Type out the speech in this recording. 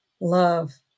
love